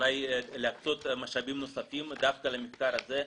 אולי להקצות משאבים נוספים דווקא למחקר הזה,